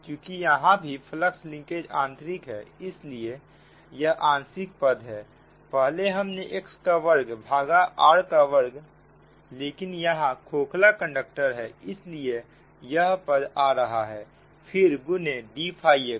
चुकी यहां भी फ्लक्स लिंकेज आंतरिक है इसलिए यह आंशिक पद है पहले हमने x का वर्ग भागा r का वर्ग लेकिन यहां खोखला कंडक्टर है इसलिए यह पद आ रहा है फिर गुने d फाई x